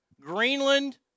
Greenland